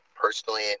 personally